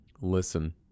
listen